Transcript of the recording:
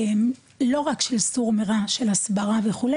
לא רק של הסברה וכו',